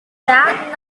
that